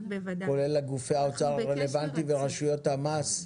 כולל עם גופי האוצר הרלוונטיים ורשויות המס?